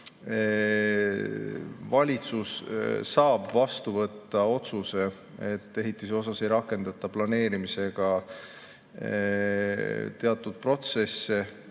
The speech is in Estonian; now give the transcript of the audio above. valitsus saab vastu võtta otsuse, et ehitise suhtes ei rakendata planeerimisega teatud protsesse.